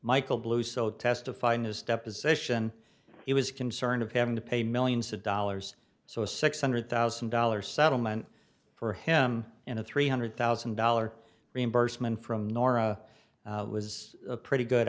michael blues so testified in his deposition he was concerned of having to pay millions of dollars so a six hundred thousand dollars settlement for him and a three hundred thousand dollars reimbursement from nora was a pretty good